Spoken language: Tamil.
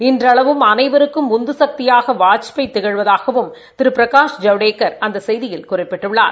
இன்றளவும் அனைவருக்கும் உந்துசக்தியாக வாஜ்பாய் திகழ்வதாகவும் திரு பிரகாஷ் ஜவடேக்கள் அந்த செய்தியில் குறிப்பிட்டுள்ளார்